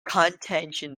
contention